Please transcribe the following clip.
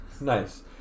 nice